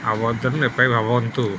ଆବେଦନ ଭାବନ୍ତୁ